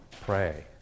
pray